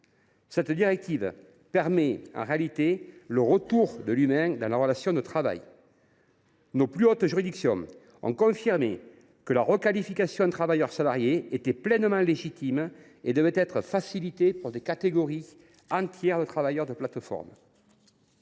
Cette directive permet en réalité le retour de l’humain dans la relation de travail. Nos plus hautes juridictions ont confirmé que la requalification en travailleur salarié était pleinement légitime et devait être facilitée pour des catégories entières de travailleurs de plateforme.